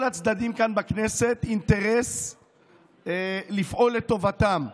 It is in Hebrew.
הצדדים כאן בכנסת אינטרס לפעול לטובתם.